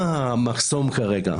מה המחסום כרגע?